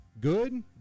Good